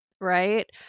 Right